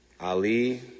Ali